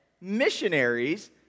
missionaries